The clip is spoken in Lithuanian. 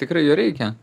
tikrai jo reikia